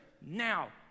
Now